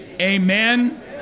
Amen